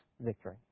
victory